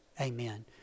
Amen